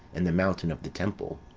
and the mountain of the temple.